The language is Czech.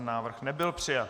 Návrh nebyl přijat.